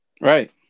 Right